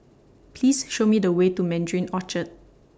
Please Show Me The Way to Mandarin Orchard